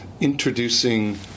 introducing